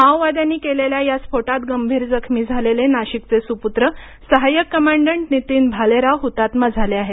माओवाद्यांनी केलेल्या या स्फोटात गंभीर जखमी झालेले नाशिकचे सुपुत्र सहाय्यक कमांडट नितीन भालेराव हुतात्मा झाले आहेत